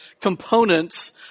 components